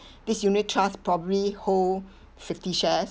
this unit trust probably hold fifty shares